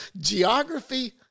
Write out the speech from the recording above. geography